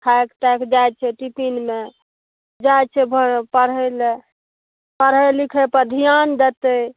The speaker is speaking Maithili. थाकि ताकि जाइत छै टिपिनमे जाइत छै पढ़ै लऽ पढ़ै लिखै पर धिआन देतै